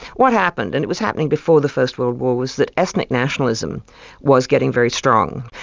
what happened, and it was happening before the first world war, was that ethnic nationalism was getting very strong,